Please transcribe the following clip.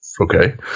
okay